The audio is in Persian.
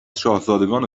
شاهزادگان